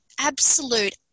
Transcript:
absolute